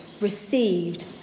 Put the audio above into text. received